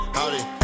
Howdy